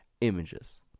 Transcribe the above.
Images